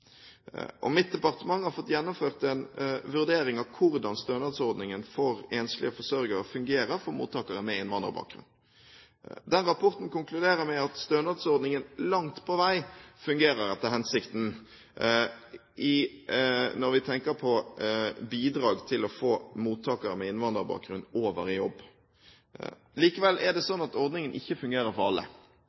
arbeid. Mitt departement har fått gjennomført en vurdering av hvordan stønadsordningen for enslige forsørgere fungerer for mottakere med innvandrerbakgrunn. Den rapporten konkluderer med at stønadsordningen langt på vei fungerer etter hensikten med tanke på å bidra til å få mottakerne med innvandrerbakgrunn over i jobb. Ordningen fungerer likevel ikke for alle.